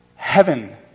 Heaven